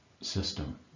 system